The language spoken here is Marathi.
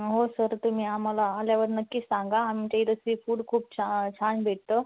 हो सर तुम्ही आम्हाला आल्यावर नक्की सांगा आमच्या इथं सी फूड खूप छा छान भेटतं